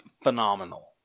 Phenomenal